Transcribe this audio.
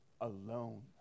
alone